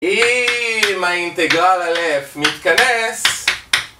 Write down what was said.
אם האינטגרל אלף, מתכנס...